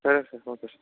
సరే sir okay sir